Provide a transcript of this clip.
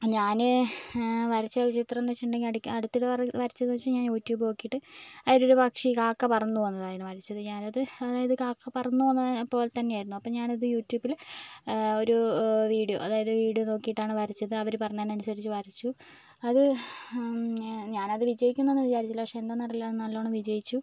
ഞാൻ വരച്ചൊരു ചിത്രം എന്നു വെച്ചിട്ടുണ്ടെങ്കിൽ അടി അടുത്തിടെ വരച്ചതെന്ന് വെച്ചുകഴിഞ്ഞാൽ യൂട്യൂബ് നോക്കീട്ട് അതിലൊരു പക്ഷി കാക്ക പറന്നു പോകുന്നതായിരുന്നു വരച്ചത് ഞാനത് അതായത് കാക്ക പറന്നു പോകുന്നത് പോലെ തന്നെയായിരുന്നു അപ്പോൾ ഞാനത് യൂട്യൂബിൽ ഒരു വീഡിയോ അതായത് വീഡിയോ നോക്കിയിട്ടാണ് വരച്ചത് അവർ പറഞ്ഞേനനുസരിച്ച് വരച്ചു അത് ഞാനത് വിജയിക്കുമെന്നൊന്നും വിചാരിച്ചില്ല പക്ഷേ എന്താന്നറിയില്ല അത് നല്ലോണം വിജയിച്ചു